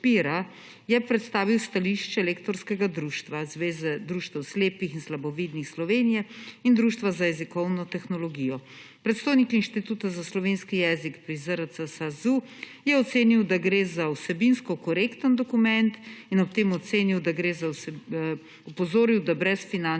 je predstavil stališče Lektorskega družba zveze društev slepih in slabovidnih Slovenije in Društva za jezikovno tehnologijo. Predstojnik Inštituta za slovenski jezik pri ZRC SAZU je ocenil, da gre za vsebinsko korekten dokument in ob tem ocenil, da gre za…, opozoril, da brez finančne